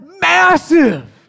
massive